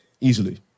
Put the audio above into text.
easily